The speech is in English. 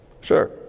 Sure